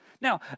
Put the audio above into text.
now